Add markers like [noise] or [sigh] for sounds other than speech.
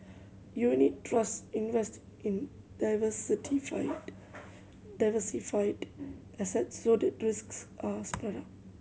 unit trusts invest in [unintelligible] diversified assets so that risks are spread out